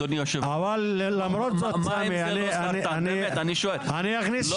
אבל למרות זאת אני שאלה --- מה אם זה לא סרטן,